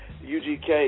UGK